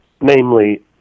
namely